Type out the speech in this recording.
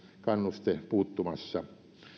kannuste puuttumassa